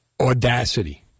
audacity